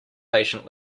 patient